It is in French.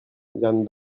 jañ